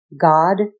God